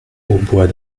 hautbois